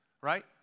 right